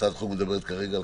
הצעת החוק מדברת כרגע על